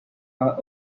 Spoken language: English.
are